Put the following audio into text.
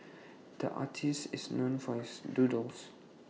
the artist is known for his doodles